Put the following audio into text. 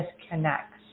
disconnects